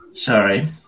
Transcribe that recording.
Sorry